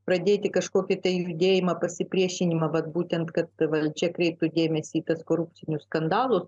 pradėti kažkokį judėjimą pasipriešinimą vat būtent kad valdžia kreipiu dėmesį į tuos korupcinius skandalus